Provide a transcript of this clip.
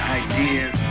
ideas